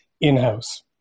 in-house